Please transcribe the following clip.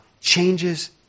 changes